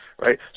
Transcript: right